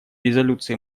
резолюции